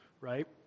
right